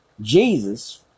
Jesus